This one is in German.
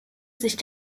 sich